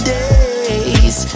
days